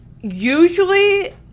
usually